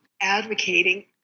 advocating